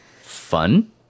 fun